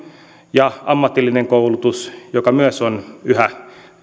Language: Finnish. ja ammatillinen koulutus joka on yhä